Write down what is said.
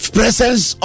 presence